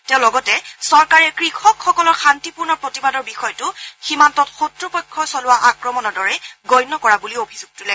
তেওঁ লগতে চৰকাৰে কৃষকসকলৰ শান্তিপূৰ্ণ প্ৰতিবাদৰ বিষয়টো সীমান্তত শক্ৰ পক্ষই চলোৱা আক্ৰমণৰ দৰে গণ্য কৰা বুলি অভিযোগ তোলে